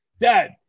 Dad